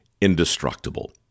indestructible